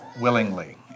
willingly